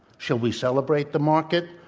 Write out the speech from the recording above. shall we celebrate the market,